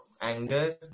anger